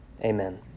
amen